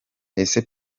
ese